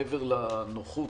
מעבר לנוחות,